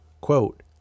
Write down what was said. Quote